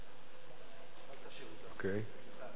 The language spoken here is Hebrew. הנושא לוועדת הכלכלה נתקבלה.